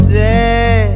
dead